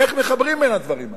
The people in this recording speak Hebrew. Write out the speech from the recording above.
איך מחברים בין הדברים הללו?